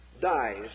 dies